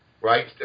right